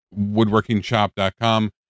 woodworkingshop.com